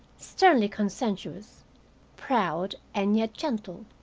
sternly conscientious, proud, and yet gentle.